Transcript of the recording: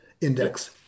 index